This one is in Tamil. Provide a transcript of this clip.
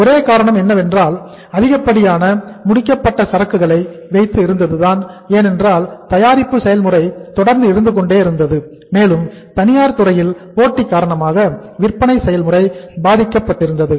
ஒரே காரணம் என்னவென்றால் அதிகப்படியான முடிக்கப்பட்ட சரக்குகளை வைத்து இருந்ததுதான் ஏனென்றால் தயாரிப்பு செயல்முறை தொடர்ந்து இருந்துகொண்டே இருந்தது மேலும் தனியார் துறையில் போட்டி காரணமாக விற்பனை செயல்முறை பாதிக்கப்பட்டிருந்தது